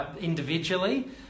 individually